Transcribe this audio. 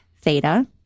theta